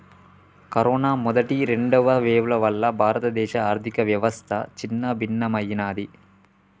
corona మొదటి, రెండవ వేవ్ల వల్ల భారతదేశ ఆర్ధికవ్యవస్థ చిన్నాభిన్నమయ్యినాది